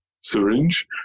syringe